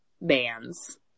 bands